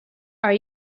are